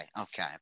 okay